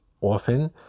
often